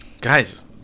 Guys